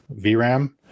VRAM